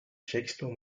sexto